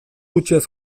hutsez